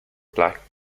black